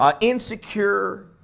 insecure